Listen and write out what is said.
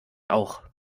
auch